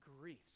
griefs